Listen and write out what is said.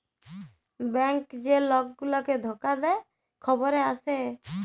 bank যে লক গুলাকে ধকা দে খবরে আসে